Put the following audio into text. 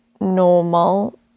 normal